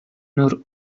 nur